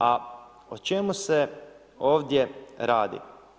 A o čemu se ovdje radi?